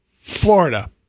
Florida